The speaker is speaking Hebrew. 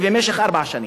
במשך ארבע שנים.